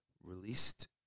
Released